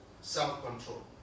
self-control